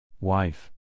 Wife